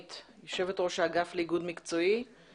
יושב ראש האגף לאיגוד מקצועי מההסתדרות הלאומית,